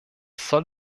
soll